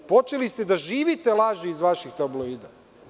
Počeli ste da živite u laži iz vaših tabloida.